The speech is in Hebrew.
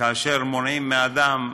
כאשר מונעים מאדם,